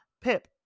Pip